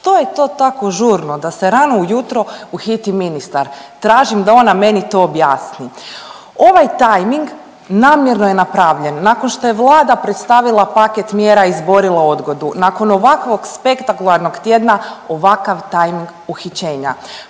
što je to tako žurno da se rano ujutro uhiti ministar tražim da ona meni to objasni, ovaj tajming namjerno je napravljen nakon što je Vlada predstavila paket mjera i izborila odgodu, nakon ovakvog spektakularnog tjedna ovakav tajming uhićenja,